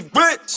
rich